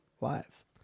live